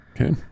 Okay